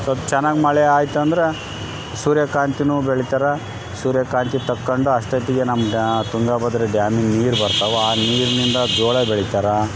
ಸೊಲ್ಪ ಚೆನ್ನಾಗ್ ಮಳೆ ಐತಂದ್ರೆ ಸೂರ್ಯಕಾಂತಿ ಬೆಳಿತಾರ ಸೂರ್ಯಕಾಂತಿ ತಕ್ಕಂಡು ಅಷ್ಟೋತ್ತಿಗೆ ನಮ್ದು ಡ್ಯಾ ತುಂಗ ಭದ್ರ ಡ್ಯಾಮಿದು ನೀರು ಬರ್ತವ ಆ ನೀರಿನಿಂದ ಜೋಳ ಬೆಳಿತರ